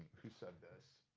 who said this?